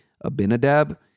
Abinadab